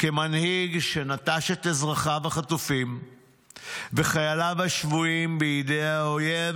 כמנהיג שנטש את אזרחיו החטופים וחייליו השבויים בידי האויב,